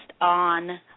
on